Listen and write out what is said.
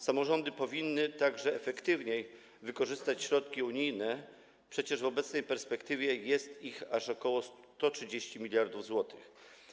Samorządy powinny także efektywniej wykorzystywać środki unijne, przecież w obecnej perspektywie jest ich aż ok. 130 mld zł.